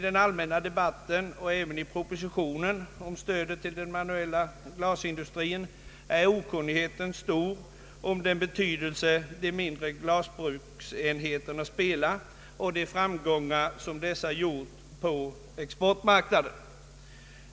I den allmänna debatten och även i propositionen om stöd till den manuella glasindustrin är emellertid okunnigheten stor om den betydelse de mindre glasbruksenheterna har och om de framgångar som dessa haft på exportmarknaden.